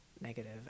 negative